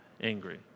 angry